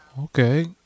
Okay